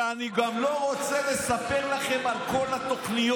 ואני גם לא רוצה לספר לכם על כל התוכניות.